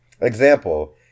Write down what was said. Example